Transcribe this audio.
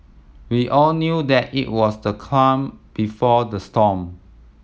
we all knew that it was the calm before the storm